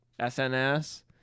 SNS